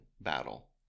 battle